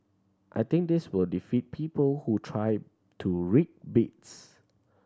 I think this will defeat people who try to rig bids